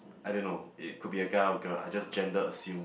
I don't know it could be a guy or a girl I just gender assume